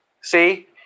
see